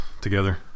together